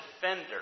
defender